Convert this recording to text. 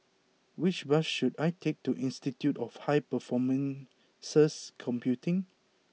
which bus should I take to Institute of High Performance Computing